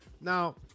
Now